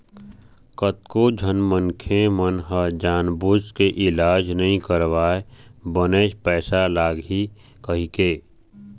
कतको झन मनखे मन ह जानबूझ के इलाज नइ करवाय बनेच पइसा लगही कहिके